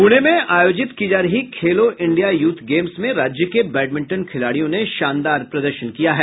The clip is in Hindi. पुणे में आयोजित की जा रही खेलो इंडिया यूथ गेम्स में राज्य के बैडमिंटन खिलाड़ियों ने शानदार प्रदर्शन किया है